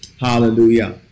hallelujah